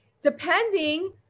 depending